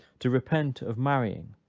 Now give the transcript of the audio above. to repent of marrying,